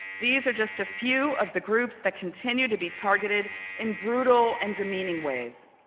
these are just a few of the groups that continue to be targeted in brutal and demeaning ways.